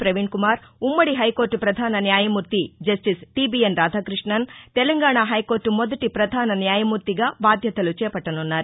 పీణ్కుమార్ ఉమ్మడి హైకోర్టు పధాన న్యాయమూర్తి justice TBN Radhakrishnan Telangana high court మొదటి పధాన న్యాయమూర్తిగా బాధ్యతలు చేపట్టనున్నారు